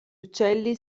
uccelli